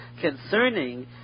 concerning